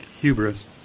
Hubris